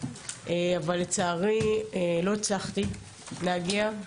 אבל לצערי לא הצלחתי להגיע,